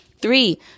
Three